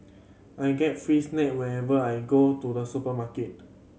I get free snack whenever I go to the supermarket